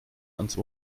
ans